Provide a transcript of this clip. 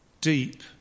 deep